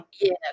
Yes